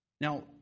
Now